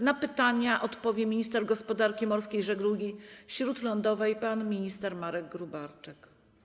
Na pytania odpowie minister gospodarki morskiej i żeglugi śródlądowej pan minister Marek Gróbarczyk.